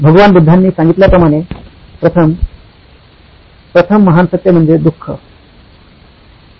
भगवान बुद्धांनी सांगितल्या प्रमाणे प्रथम महान सत्य म्हणजे दुखा किंवा दुःख